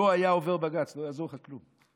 לא היה עובר בג"ץ, לא יעזור לך כלום.